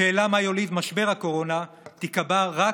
השאלה מה יוליד משבר הקורונה תיקבע רק